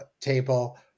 table